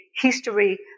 history